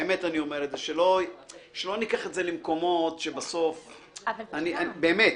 באמת אני אומר את זה שלא ניקח את זה למקומות שבסוף --- אבל זה שם.